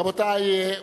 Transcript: רבותי,